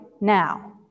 now